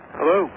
Hello